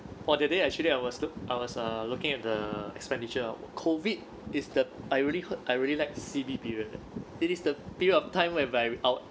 for the day actually I was I was uh looking at the expenditure uh COVID is the I really heard I really like C_B period it is the period of time whereby our